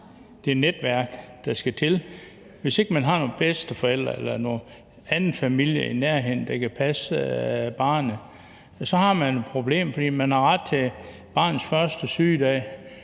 man har det netværk, der skal til – hvis ikke man har nogle bedsteforældre eller noget anden familie i nærheden, der kan passe barnet – så har man et problem. Man har ret til barnets første sygedag